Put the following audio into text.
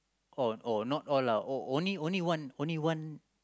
oh oh not all lah only only one only one